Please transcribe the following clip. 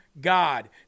God